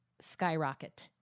skyrocket